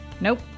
Nope